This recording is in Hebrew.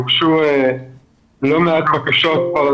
הוגשו כבר